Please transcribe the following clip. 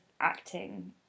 acting